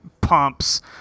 pumps